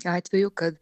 atvejų kad